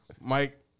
Mike